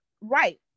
Right